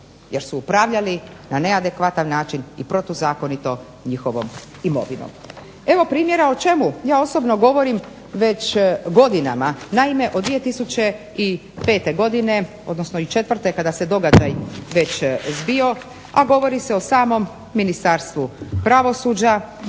jer su upravljali na neadekvatan način i protuzakonito njihovom imovinom. Evo primjera o čemu ja osobno govorim već godinama, naime, od 2005. godine i odnosno 4. kada se događaj već zbio a govori se o samom Ministarstvu pravosuđa,